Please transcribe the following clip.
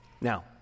Now